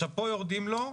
פה יורדים לו,